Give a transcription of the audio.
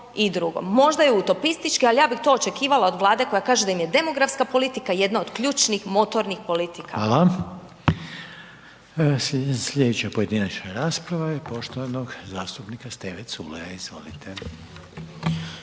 Možda je utopistički ali ja bi to očekivala od Vlade koja kaže da im je demografska politika jedna od ključnih motornih politika. **Reiner, Željko (HDZ)** Hvala. Slijedeća pojedinačna rasprava je poštovanog zastupnika Steve Culeja, izvolite.